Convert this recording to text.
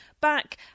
back